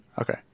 Okay